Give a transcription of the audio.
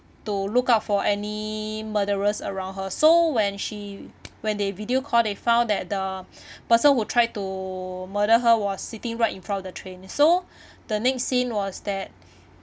to look out for any murderers around her so when she when they video call they found that the person who tried to murder her was sitting right in front of the train so the next scene was that